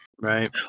Right